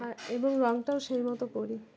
আর এবং রঙটাও সেই মতো করি